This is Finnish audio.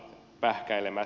todella